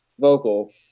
vocal